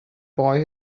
boy